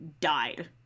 died